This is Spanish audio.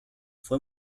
fue